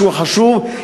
שהוא החשוב,